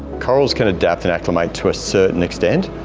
corals can adapt and acclimate to a certain extent,